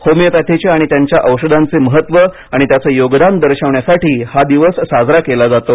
होमिओपॅथीचे आणि त्याच्या औषधांचे महत्त्व आणि त्याचं योगदान दर्शविण्यासाठी हा दिवस साजरा केला जातो